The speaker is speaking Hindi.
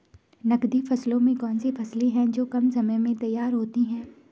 नकदी फसलों में कौन सी फसलें है जो कम समय में तैयार होती हैं?